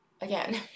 again